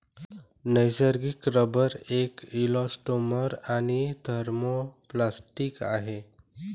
नैसर्गिक रबर एक इलॅस्टोमर आणि थर्मोप्लास्टिक आहे